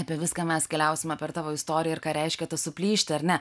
apie viską mes keliausime per tavo istoriją ir ką reiškia tas suplyšti ar ne